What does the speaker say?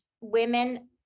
women